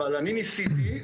אבל ניסיתי,